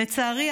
לצערי,